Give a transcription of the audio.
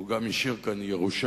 הוא גם השאיר כאן ירושה